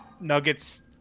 Nuggets